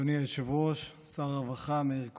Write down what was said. אדוני היושב-ראש, שר הרווחה מאיר כהן,